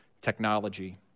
technology